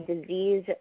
disease